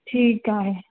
ठीक आहे